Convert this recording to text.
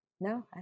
No